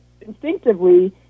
instinctively